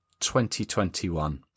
2021